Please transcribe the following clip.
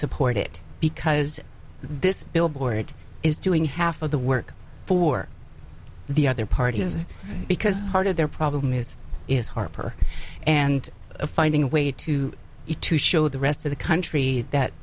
support it because this billboard is doing half of the work for the other party is because part of their problem is is harper and finding a way to you to show the rest of the country